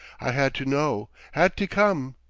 i had to know had to come.